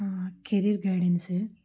career guidance